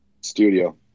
Studio